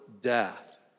death